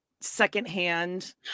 secondhand